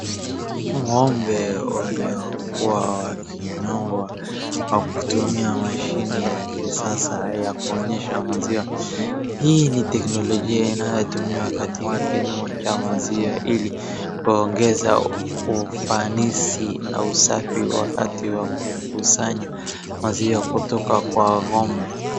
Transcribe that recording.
Ng'ombe waliokwa wakinypnywa kutumia mashini ya kisasa ya kuonyesha maziwa. Hii ni tekenolojia inayotumiwa katika kilimo ya maziwa ili waongeze ufanisi na usaifi wakati wa kukusanya maziwa kutoka kwa ng'ombe.